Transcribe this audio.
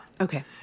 Okay